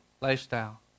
lifestyle